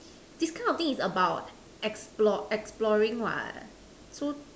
this kind of thing is about explore exploring what so